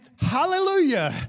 hallelujah